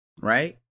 right